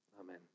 amen